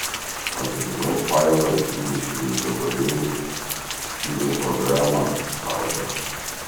padalinau failą į dvidešimt gabalėlių išskyriau programą sargą